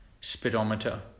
speedometer